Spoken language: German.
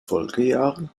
folgejahren